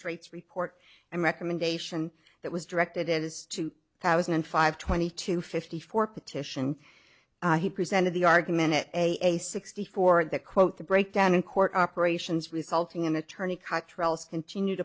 magistrate's report and recommendation that was directed at his two thousand and five twenty two fifty four petition he presented the argument at a sixty for the quote the breakdown in court operations resulting in attorney cottrell's continued